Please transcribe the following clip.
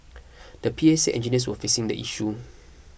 the P A said engineers were fixing the issue